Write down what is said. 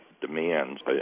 demands